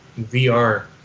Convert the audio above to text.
VR